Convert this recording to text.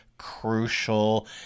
crucial